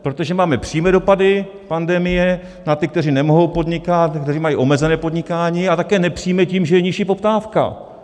Protože máme přímé dopady pandemie na ty, kteří nemohou podnikat, kteří mají omezené podnikání, a také nepřímé tím, že je nižší poptávka.